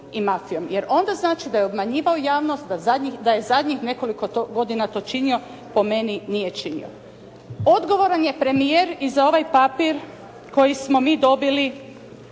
i mafijom. Jer onda znači da je obmanjivao javnost da je zadnjih nekoliko godina to činio? Po meni nije činio. Odgovoran je premijer i za ovaj papir koji smo mi dobili